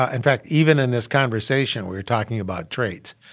ah in fact, even in this conversation, we were talking about traits.